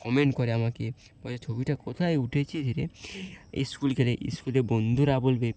comment করে আমাকে বলে ছবিটা কোথায় উঠেছিস রে স্কুল গেলে স্কুলে বন্ধুরা বলবে